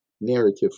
narrative